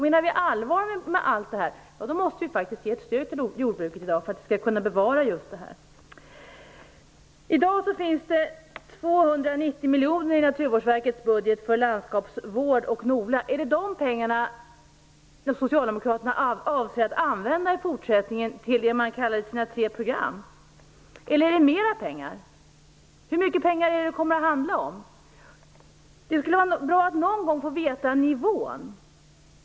Menar vi allvar med allt detta måste vi faktiskt ge ett stöd till jordbruket i dag för att vi skall kunna bevara allt detta. I dag finns det 290 miljoner i Naturvårdsverkets budget för landskapsvård och NOLA. Är det de pengarna som Socialdemokraterna avser att i fortsättningen använda till det man kallar sina tre program? Eller är det mer pengar? Hur mycket pengar kommer det att handla om? Det kan vara bra att någon gång få veta nivån.